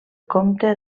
comte